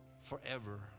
forever